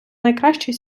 найкращий